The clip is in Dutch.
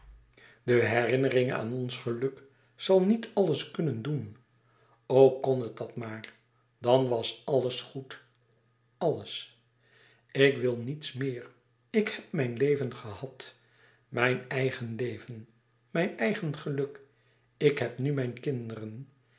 de herinnering aan ons geluk zal niet alles kunnen doen o kon het dat maar dan was alles goed alles ik wil niets meer k heb mijn leven gehad mijn eigen leven mijn eigen geluk ik heb nu mijn kinderen